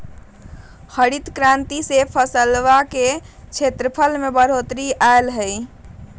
हरित क्रांति से फसलवन के क्षेत्रफल में बढ़ोतरी अई लय